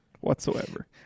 whatsoever